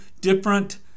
different